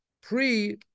pre-